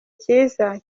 kiza